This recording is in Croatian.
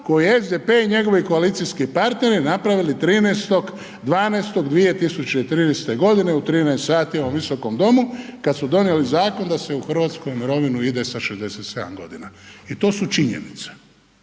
koju je SDP i njegovi koalicijski partneri napravili 13.12.2013. u 13,00 u ovom Visokom domu kada su donijeli zakon da se u Hrvatskoj u mirovinu sa 67 godina. I to su činjenice.